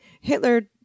Hitler